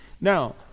Now